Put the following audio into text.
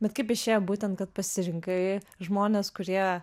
bet kaip išėjo būtent kad pasirinkai žmones kurie